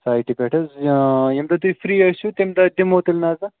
سایٹہِ پٮ۪ٹھ حظ ییٚمہِ دۄہ تُہۍ فرٛی ٲسِو تَمہِ دۄہ دِمو تیٚلہِ نظر